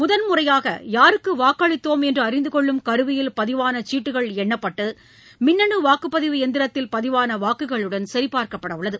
முதன்முறையாகயாருக்குவாக்களித்தோம் என்றுஅறிந்தகொள்ளும் கருவியில் பதிவானசீட்டுகள் எண்ணப்பட்டுமின்னனுவாக்குப்பதிவு இயந்திரத்தில் பதிவானவாக்குகளுடன் சரிபார்க்கப்படஉள்ளது